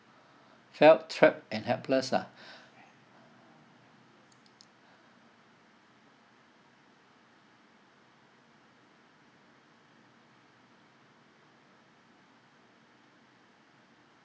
felt trapped and helpless ah